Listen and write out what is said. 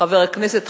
חבר הכנסת חנין,